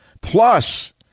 Plus